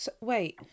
Wait